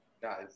guys